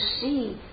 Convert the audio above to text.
see